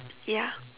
ya